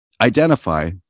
identify